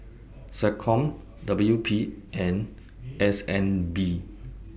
Seccom W P and S N B